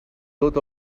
tot